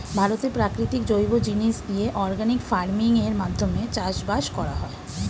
ভারতে প্রাকৃতিক জৈব জিনিস দিয়ে অর্গানিক ফার্মিং এর মাধ্যমে চাষবাস করা হয়